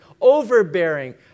overbearing